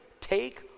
Take